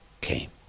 came